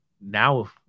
now